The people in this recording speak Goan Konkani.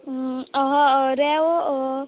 रेंव